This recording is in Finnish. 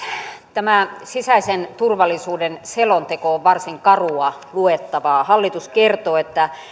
tämä sisäisen turvallisuuden selonteko on varsin karua luettavaa hallitus kertoo että